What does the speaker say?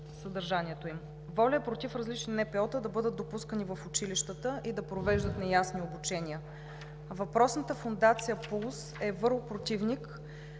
ВОЛЯ е против различни НПО-та да бъдат допускани в училищата и да провеждат неясни обучения! Въпросната фондация П.У.Л.С е върл защитник